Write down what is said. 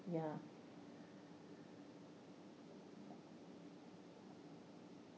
ya